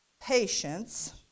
patience